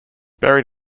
buried